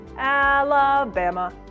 Alabama